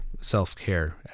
self-care